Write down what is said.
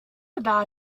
about